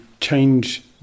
change